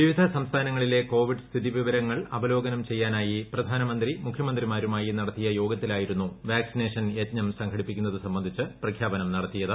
വിവിധ സംസ്ഥാനങ്ങളിലെ കോവിഡ് സ്ഥിതിവിവരങ്ങൾ അവലോകനം ചെയ്യാനായി പ്രധാനമന്ത്രി മുഖ്യമന്ത്രിമാരുമായി നടത്തിയ യോഗത്തിലായിരുന്നു വാക്സിനേഷൻ യജ്ഞം സംഘടിപ്പിക്കുന്നത് സംബന്ധിച്ച് പ്രഖ്യാപനം നടത്തിയത്